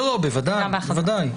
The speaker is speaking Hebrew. בוודאי.